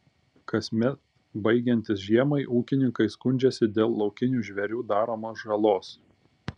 kasmet baigiantis žiemai ūkininkai skundžiasi dėl laukinių žvėrių daromos žalos